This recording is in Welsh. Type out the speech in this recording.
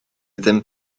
ddim